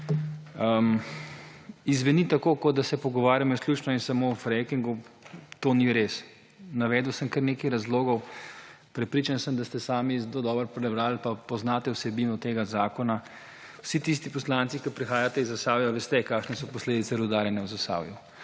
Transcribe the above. Izzveni tako, kot da se pogovarjamo izključno in samo o frackingu. To ni res. Navedel sem kar nekaj razlogov, prepričan sem, da ste sami dobro prebrali pa poznate vsebino tega zakona. Vsi tisti poslanci, ki prihajate iz Zasavja, veste kakšne so posledica rudarjenja v Zasavju,